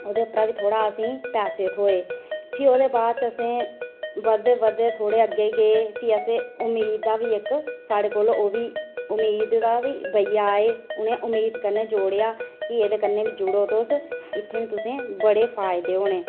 ओह्दे परा बी असेंगी थोह्ड़े पैसे थ्होए फ्ही ओह्दे बाद असें बधदे बधदे थोह्ड़े अग्गें गे उम्मीद दा बी साढ़े कोल ओह्बी उम्मीद दा बी भैया आए उनें उम्मीद कन्नै जोड़ेआ कि एह्दे कन्नै बी जुड़ो तुस इत्थें बी तुसें बड़े फायदे होने